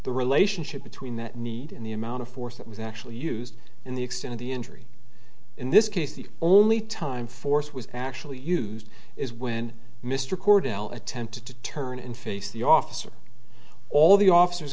the relationship between that need and the amount of force that was actually used in the extent of the injury in this case the only time force was actually used is when mr cordell attempted to turn and face the officer all the officers